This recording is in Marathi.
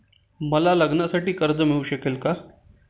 मला लग्नासाठी कर्ज मिळू शकेल का?